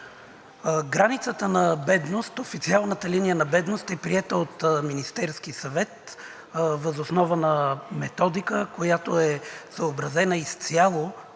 Границата на бедност – официалната линия на бедност, е приета от Министерския съвет въз основа на методика, която е съобразена изцяло